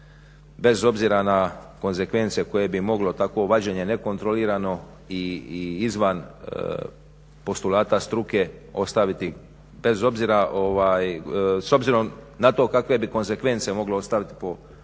bez obzira konzekvence koje bi mogle takvo vađenje nekontrolirano i izvan postulata struke ostaviti bez obzira ovaj s obzirom na to kakve bi konzekvence moglo ostaviti po eko